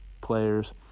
players